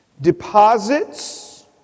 Deposits